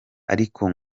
ariko